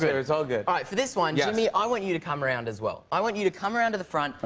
it's all but for this one, yeah jimmy, i want you to come around, as well. i want you to come around to the front. but